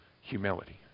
humility